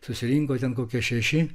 susirinko ten kokie šeši